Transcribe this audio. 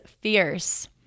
fierce